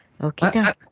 Okay